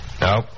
No